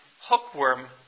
hookworm